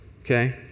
Okay